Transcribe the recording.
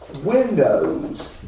windows